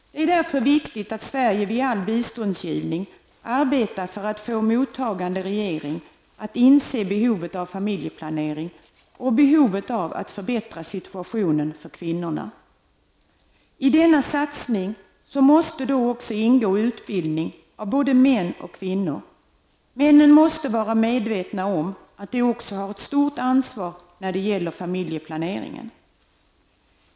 Det är därför viktigt att Sverige vid all biståndsgivning arbetar för att få mottagande regering att inse behovet av familjeplanering och behovet av att förbättra situationen för kvinnorna. I denna satsning måste ingå utbildning av både män och kvinnor. Männen måste vara medvetna om att de också har ett stort ansvar när det gäller familjeplaneringen.